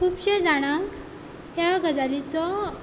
खुबशे जाणांक ह्या गजालीचो